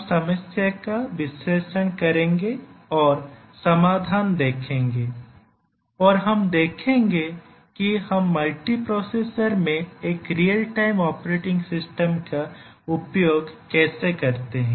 हम समस्या का विश्लेषण करेंगे और समाधान देखेंगे और हम देखेंगे कि हम मल्टीप्रोसेसर में एक रियल टाइम ऑपरेटिंग सिस्टम का उपयोग कैसे करते हैं